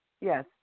Yes